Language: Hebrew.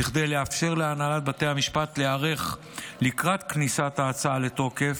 כדי לאפשר להנהלת בתי המשפט להיערך לקראת כניסת ההצעה לתוקף,